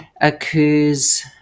occurs